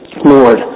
Lord